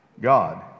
God